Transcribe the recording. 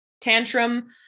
tantrum